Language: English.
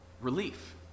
Relief